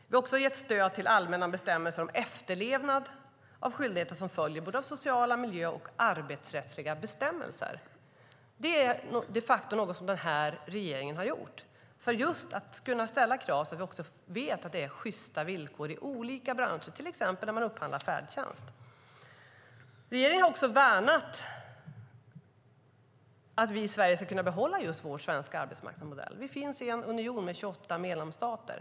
Vi har också gett stöd till allmänna bestämmelser om efterlevnad av skyldigheter som följer av sociala bestämmelser och miljö och arbetsrättsliga bestämmelser. Det är de facto någonting som denna regering har gjort. Det handlar om att kunna ställa krav så att vi vet att det är sjysta villkor i olika branscher, till exempel när man upphandlar färdtjänst. Regeringen har också värnat att vi i Sverige ska kunna behålla vår svenska arbetsmarknadsmodell. Vi finns i en union med 28 medlemsstater.